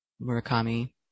Murakami